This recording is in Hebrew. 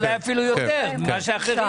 אולי אפילו יותר מאשר אחרים.